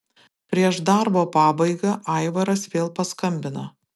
prieš darbo pabaigą aivaras vėl paskambino